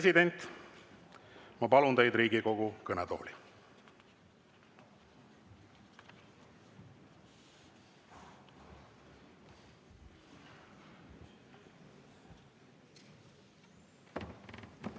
ma palun teid Riigikogu kõnetooli.